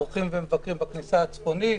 אורחים ומבקרים בכניסה הצפונית,